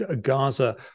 Gaza